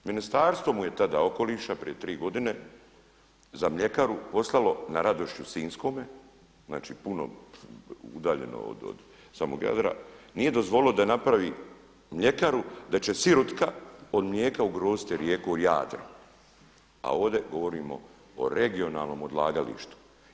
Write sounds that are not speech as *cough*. Ministarstvo mu je tada okoliša prije 3 godine za mljekaru poslalo, … *unintelligible* sinjskome, znači puno udaljeno od samog Jadra, nije dozvolilo da napravi mljekaru da će sirutka od mlijeka ugroziti rijeku Jadro a ovdje govorimo o regionalnom odlagalištu.